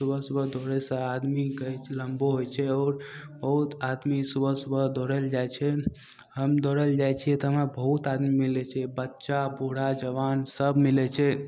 सुबह सुबह दौड़यसँ आदमीके कहय छै लम्बो होइ छै आओर बहुत आदमी सुबह सुबह दौड़य लए जाइ छै हम दौड़य लए जाइ छियै तऽ हमरा बहुत आदमी मिलय छै बच्चा बूढ़ा जवान सब मिलय छै